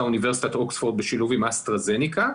אוניברסיטת אוקספורד בשילוב עם אסטר הזניקה,